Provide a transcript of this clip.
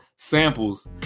samples